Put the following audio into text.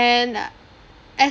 and uh